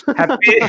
happy